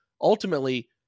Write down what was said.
ultimately